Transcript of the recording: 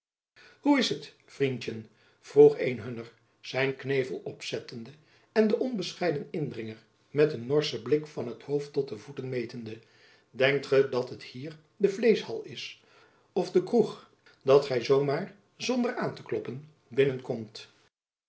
hoe is het vriendtjen vroeg een hunner zijn knevel opzettende en den onbescheiden indringer met een norschen blik van t hoofd tot de voeten metende denkt gy dat het hier de vleeschhal is of de kroeg dat gy zoo maar zonder aan te kloppen binnen